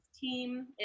team